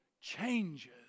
changes